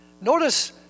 Notice